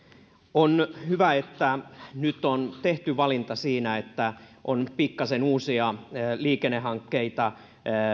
on hyvä että nyt on tehty valinta siinä että on pikkasen uusia liikennehankkeita